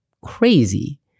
crazy